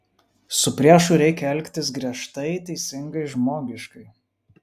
su priešu reikia elgtis griežtai teisingai žmoniškai